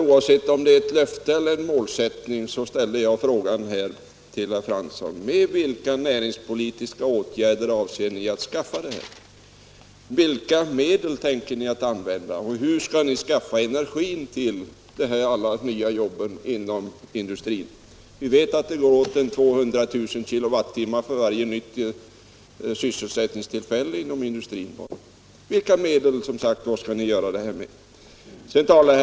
Oavsett om det är ett vallöfte = sysselsättningsstieller en målsättning frågar jag herr Fransson: Med vilka näringspolitiska = mulerande åtgäråtgärder avser ni att skapa dessa arbetstillfällen, och hur tänker ni skaffa — der, m.m. energin till alla de nya jobben inom industrin? Vi vet ju att det går åt ca 200 000 kilowattimmar för varje nytt sysselsättningstillfälle inom industrin. Som sagt, vilka medel skall ni använda?